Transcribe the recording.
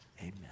amen